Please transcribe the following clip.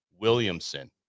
Williamson